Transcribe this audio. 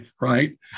right